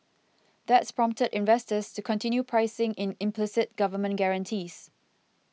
that's prompted investors to continue pricing in implicit government guarantees